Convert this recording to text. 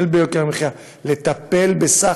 לטפל ביוקר המחיה,